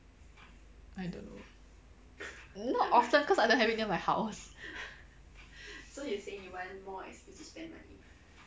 I don't know not often cause I don't have it near my house